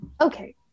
Okay